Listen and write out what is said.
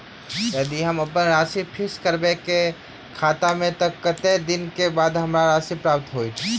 यदि हम अप्पन राशि फिक्स करबै खाता मे तऽ कत्तेक दिनक बाद हमरा राशि प्राप्त होइत?